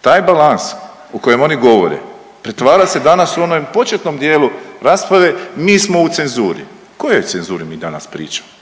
Taj balans o kojem oni govore pretvara se danas u onom početnom dijelu rasprave mi smo u cenzuri. O kojoj cenzuri mi danas pričamo